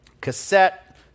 cassette